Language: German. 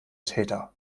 täter